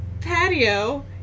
patio